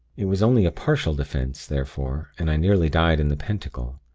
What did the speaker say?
it was only a partial defense therefore, and i nearly died in the pentacle.